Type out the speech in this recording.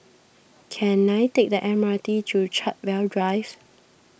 can I take the M R T to Chartwell Drives